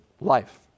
life